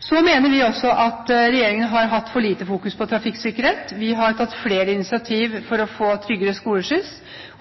Så mener vi også at regjeringen har fokusert for lite på trafikksikkerhet. Vi har tatt flere initiativ for å få tryggere skoleskyss.